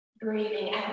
Breathing